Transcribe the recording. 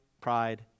pride